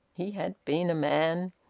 he had been a man.